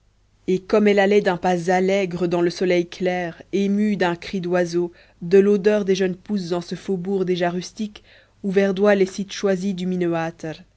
et comme elle allait d'un pas allègre dans le soleil clair émue d'un cri d'oiseau de l'odeur des jeunes pousses en ce faubourg déjà rustique où verdoient les sites choisis du